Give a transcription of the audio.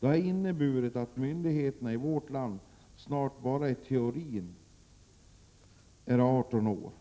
Det har inneburit att myndighetsåldern i vårt land snart bara i teorin är 18 år